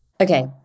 Okay